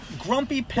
Grumpy